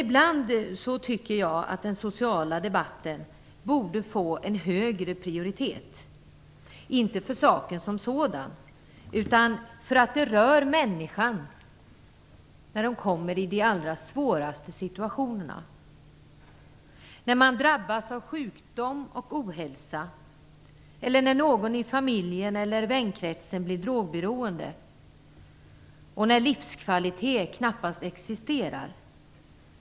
Ibland tycker jag att den sociala debatten borde få en högre prioritet, inte för saken som sådan, utan för att det rör människan när hon kommer i de allra svåraste situationer, som när man drabbas av sjukdom och ohälsa eller när någon i familjen eller i vänkretsen blir drogberoende och när livskvalitet knappast existerar.